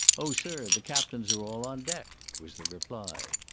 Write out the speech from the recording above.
oh, sir, the captains are all on deck, was the reply.